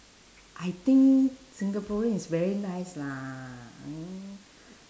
I think singaporean is very nice lah hmm